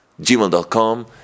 gmail.com